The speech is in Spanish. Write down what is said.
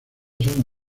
son